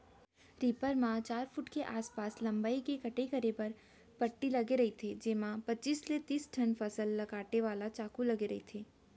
reaper म चार foot के आसपास लंबई के कटई करे के पट्टी लगे रहिथे जेमा पचीस ले तिस ठन फसल ल काटे वाला चाकू लगे रहिथे